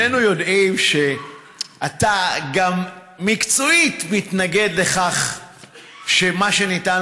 שנינו יודעים שאתה גם מקצועית מתנגד לכך שמה שניתן